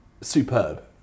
superb